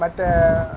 like the